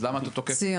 אז למה אתה תוקף אותי.